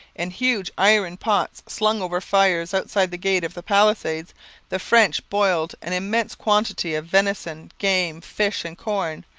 in huge iron pots slung over fires outside the gate of the palisades the french boiled an immense quantity of venison, game, fish, and corn.